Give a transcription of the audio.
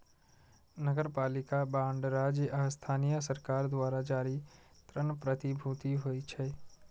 नगरपालिका बांड राज्य आ स्थानीय सरकार द्वारा जारी ऋण प्रतिभूति होइ छै